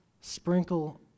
sprinkle